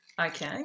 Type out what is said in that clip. Okay